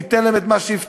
ניתן להם את מה שהבטחנו,